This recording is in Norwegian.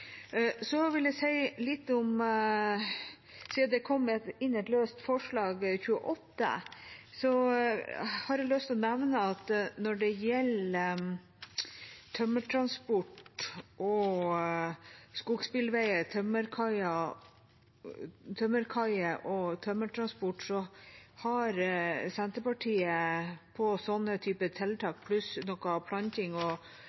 kom inn, har jeg lyst til å nevne at når det gjelder tømmertransport, skogsbilveier og tømmerkaier, har Senterpartiet på sånne tiltak, pluss noe planting og karbonbinding, inne 340 mill. kr, så det har